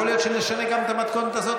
יכול להיות שנשנה גם את המתכונת הזאת,